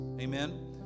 Amen